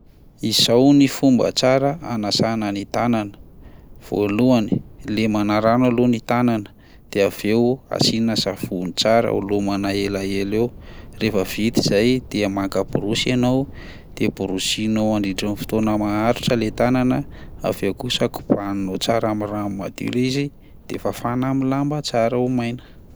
Izao ny fomba tsara hanasana ny tanana: voalohany, lemana rano aloha ny tanana de avy eo asiana savony tsara, lomana elaela eo, rehefa vita zay dia maka borosy ianao de borosianao mandritry ny fotoana maharitra lay tanana avy eo kosa kobaninao tsara amin'ny rano madio lay izy de fafana amin'ny lamba tsara ho maina.